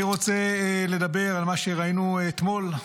אני רוצה לדבר על מה שראינו אתמול.